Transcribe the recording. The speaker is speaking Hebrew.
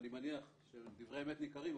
אני מניח שדברי אמת ניכרים,